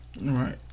right